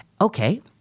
Okay